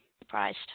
surprised